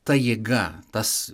ta jėga tas